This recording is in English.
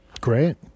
Great